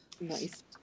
Nice